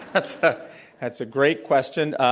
that's ah that's a great question.